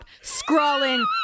scrawling